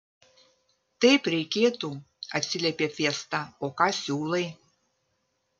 taip reikėtų atsiliepė fiesta o ką siūlai